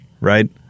Right